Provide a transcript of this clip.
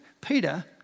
Peter